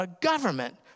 government